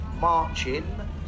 marching